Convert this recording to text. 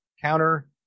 counter